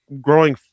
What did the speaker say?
growing